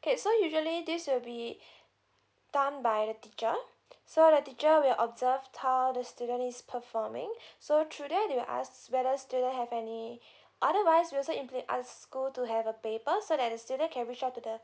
okay so usually this will be done by the teacher so the teacher will observe style the student is performing so through there they'll ask whether student have any otherwise we also implement asked school to have a paper so that the student can reach out to the